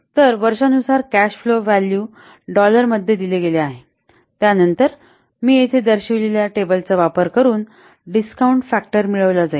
तर वर्षानुसार cash flow व्हॅल्यूडॉलरमध्ये दिले गेले आहे त्यानंतर मी येथे दर्शविलेल्या टेबलाचा वापर करुन डिस्काउंट फॅक्टर मिळविला जाईल